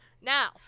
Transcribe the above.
Now